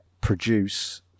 produce